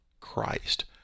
Christ